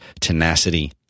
tenacity